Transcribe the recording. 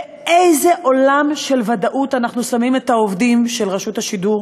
באיזה עולם של ודאות אנחנו שמים את העובדים של רשות השידור?